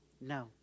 no